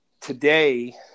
Today